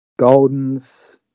goldens